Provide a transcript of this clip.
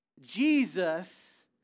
Jesus